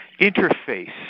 interface